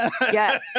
Yes